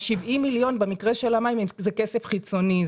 ה-70 מיליון במקרה של המים זה כסף חיצוני,